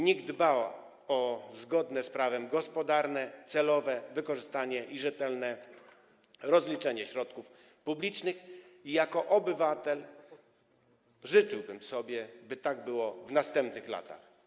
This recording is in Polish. NIK dba o zgodne z prawem gospodarne, celowe wykorzystanie i rzetelne rozliczenie środków publicznych i jako obywatel życzyłbym sobie, by tak było w następnych latach.